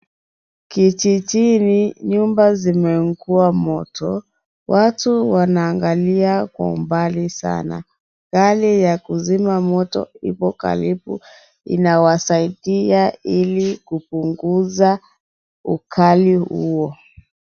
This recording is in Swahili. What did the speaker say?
Kijijini nyumba zimeungua moto. Watu wanaangalia kwa umbali sana. Gari ya kuzima moto ipo karibu. Inawasaidia ili kupunguza ukali huo.